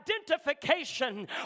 identification